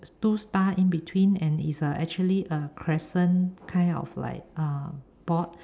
two star in between and it's uh actually a crescent kind of like uh board